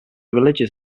religious